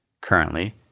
currently